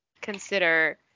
consider